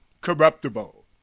corruptible